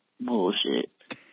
bullshit